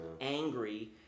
angry